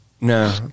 No